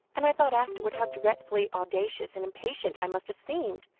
and i thought afterwards how dreadfully audacious and impatient i must have seemed.